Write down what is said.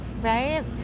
right